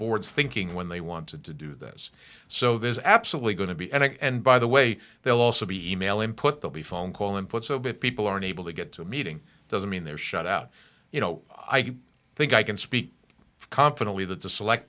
board's thinking when they wanted to do this so there's absolutely going to be and by the way they'll also be e mail input they'll be phone call input so bit people aren't able to get to a meeting doesn't mean they're shut out you know i think i can speak confidently th